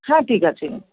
হ্যাঁ ঠিক আছে